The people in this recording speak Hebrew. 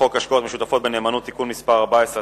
חוק השקעות משותפות בנאמנות (תיקון מס' 14),